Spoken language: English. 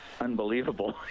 unbelievable